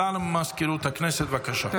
הודעה למזכירות הכנסת, בבקשה.